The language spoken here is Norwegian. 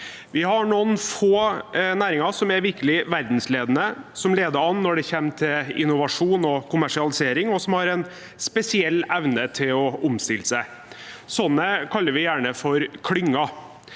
Vi har noen få næringer som er virkelig verdensledende, som leder an når det kommer til innovasjon og kommersialisering, og som har en spesiell evne til å omstille seg. Sånne kaller vi gjerne for klynger.